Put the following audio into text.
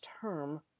term